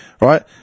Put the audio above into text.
right